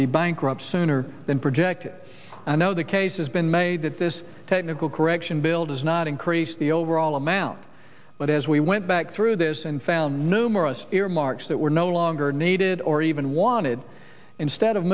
be bankrupt sooner than projected i know the case has been made that this technical correction bill does not increase the overall amount but as we went back through this and found numerous earmarks that were no longer needed or even wanted instead of